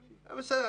בסדר,